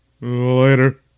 Later